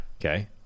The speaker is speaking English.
Okay